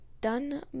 done